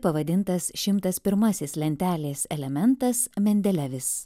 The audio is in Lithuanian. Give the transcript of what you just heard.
pavadintas šimtas pirmasis lentelės elementas mendelevis